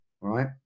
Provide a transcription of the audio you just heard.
right